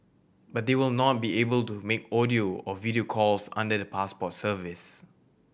but they will not be able to make audio or video calls under the Passport service